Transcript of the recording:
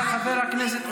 תודה, חבר הכנסת.